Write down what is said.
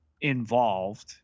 involved